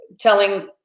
telling